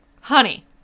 Honey